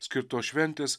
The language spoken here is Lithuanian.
skirtos šventės